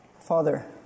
Father